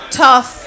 tough